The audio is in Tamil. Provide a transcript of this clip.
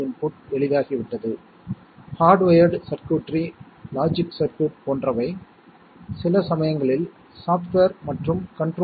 இப்போது பொதுவாக நாம் இந்த பைனரி மதிப்பு மாறிகள் இருக்கும் போது உதாரணமாக A மற்றும் B